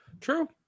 True